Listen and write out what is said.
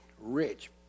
rich